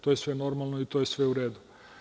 To je sve normalno i to je sve u redu.